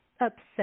upset